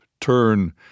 turn